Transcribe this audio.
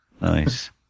Nice